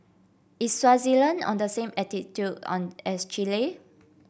is Swaziland on the same latitude on as Chile